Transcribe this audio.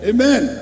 Amen